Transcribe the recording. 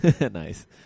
Nice